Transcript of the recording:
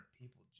people